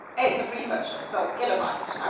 it's pre-persian, so elamite.